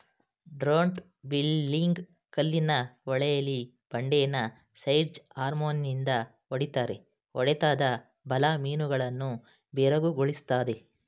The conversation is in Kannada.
ಟ್ರೌಟ್ ಬಿನ್ನಿಂಗ್ ಕಲ್ಲಿನ ಹೊಳೆಲಿ ಬಂಡೆನ ಸ್ಲೆಡ್ಜ್ ಹ್ಯಾಮರ್ನಿಂದ ಹೊಡಿತಾರೆ ಹೊಡೆತದ ಬಲ ಮೀನುಗಳನ್ನು ಬೆರಗುಗೊಳಿಸ್ತದೆ